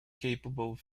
capable